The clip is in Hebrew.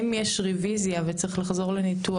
אם יש רוויזיה וצריך לחזור לניתוח,